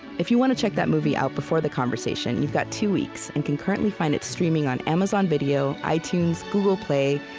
if you want to check that movie out before the conversation, you've got two weeks and can currently find it streaming on amazon video, itunes, googleplay,